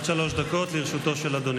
בבקשה, עד שלוש דקות לרשותו של אדוני.